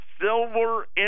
silver